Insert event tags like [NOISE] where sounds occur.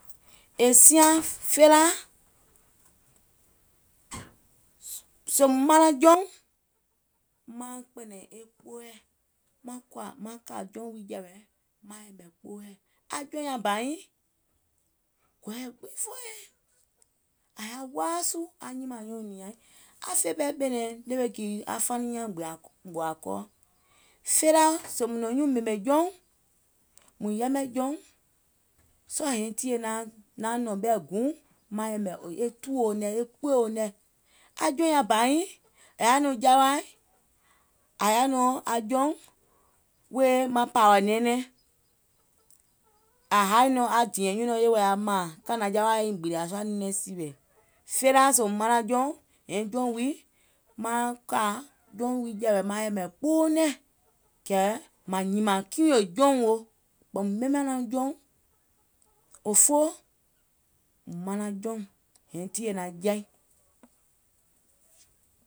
È fèlaa [NOISE] mɔnɔŋ jɔʋŋ maŋ kpɛ̀nɛ̀ŋ e kpooɛ̀, maŋ kà jɔùŋ wii jɛ̀wɛ̀ maŋ yɛ̀mɛ̀ kpooɛ̀, jɔùŋ nyaŋ bà nyiŋ, gɔ̀ɔ̀yɛ gbiŋ fè nyiìŋ, àŋ yaà waasu aŋ nyimààŋ nyuùŋ nìaŋ nyiŋ, aŋ fè ɓɛɛ ɓɛ̀nɛ̀ŋ e ɗèwè kìì aŋ faniŋ nyiŋ nyȧŋ gbòà kɔɔ. Felaa, sèèùm nɔ̀ŋ nyuùŋ ɓèmè jɔùŋ, mùŋ yɛmɛ̀ jɔùŋ, sɔɔ̀ nyɛ̀iŋ tìyèe naŋ nɔ̀ŋ ɓɛ̀ guùŋ naŋ yɛ̀mɛ̀ e tùwouŋ nɛ̀, e kpèèuŋ nɛ̀, aŋ jɔùŋ nyaŋ bà nyiŋ. Aŋ jɔùŋ nyaŋ bà nyiŋ àŋ yaà nɔŋ jawaì, àŋ yaȧ nɔŋ aŋ jɔùŋ, wèè maŋ pààwà nɛɛnɛŋ, àŋ haì nɔŋ aŋ dìɛ̀ŋ nyùnɔɔ̀ŋ yè wɛɛ̀ aŋ mààŋ, kànà jawaà yàa nyiŋ gbìlà sùà nɛɛnɛŋ sìwè. Felaa sèè manaŋ jɔùŋ, nyɛ̀iŋ jɔùŋ wii maŋ kà jɔùŋ wii jɛ̀wɛ̀ maŋ yɛ̀mɛ̀ kpoouŋ nɛɛ̀ŋ, kɛ̀ màŋ nyìmàŋ kiìŋ wò jɔùŋ wo, ɓɔ̀ùm ɓemè nɔŋ jɔùŋ fòfooùm manaŋ jɔùŋ nyɛ̀iŋ tìyèe naŋ jɛi.